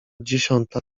dziesiąta